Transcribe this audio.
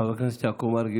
חבר הכנסת יעקב מרגי,